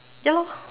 ya